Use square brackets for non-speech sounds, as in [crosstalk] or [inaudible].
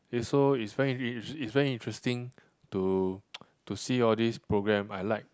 it's so it's very [noise] it's very interesting to [noise] to see all these program I like